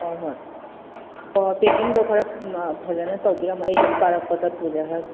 ꯍꯣꯏ ꯍꯣꯏ ꯑꯣ ꯄꯦꯀꯤꯡꯗꯣ ꯈꯔ ꯐꯖꯅ ꯇꯧꯕꯤꯔꯝꯃꯣ ꯑꯩ ꯑꯗꯨꯝ ꯀꯥꯔꯛꯄꯗ ꯄꯨꯖꯈ꯭ꯔꯒꯦ